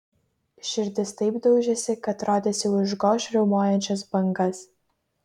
širdis taip daužėsi kad rodėsi užgoš riaumojančias bangas